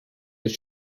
its